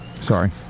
Sorry